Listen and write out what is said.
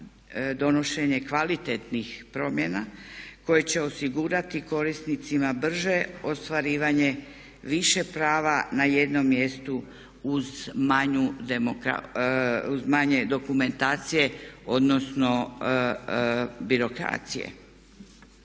donošenje kvalitetnih promjena koje će osigurati korisnicima brže ostvarivanje više prava na jednom mjestu uz manje dokumentacije odnosno birokracije.